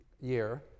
year